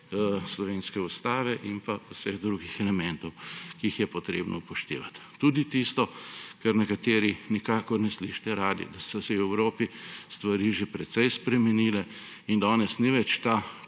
slovenske ustave in vseh drugih elementov, ki jih je potrebno upoštevati. Tudi tisto, kar nekateri nikakor ne slišite radi, da so se v Evropi stvari že precej spremenile in danes ni več ta